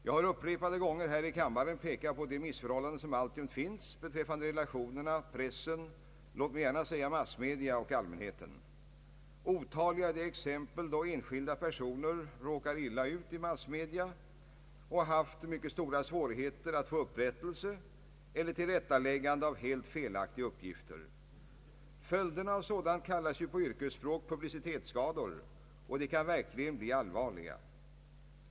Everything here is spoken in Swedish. Jag har upprepade gånger här i kammaren pekat på de missförhållanden som alltjämt finns beträffande relationerna mellan pressen — låt mig gärna säga massmedia och allmänheten. Otaliga är de exempel då enskilda personer råkat illa ut i massmedia och haft mycket stora svårigheter att få upprättelse eller tillrättaläggande av helt felaktiga uppgifter. Följderna av sådant kallas ju på yrkesspråk publicitetsskador, och de kan verkligen komma att bli allvarliga.